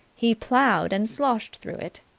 he ploughed and sloshed through it.